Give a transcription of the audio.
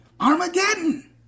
Armageddon